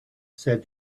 said